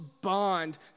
bond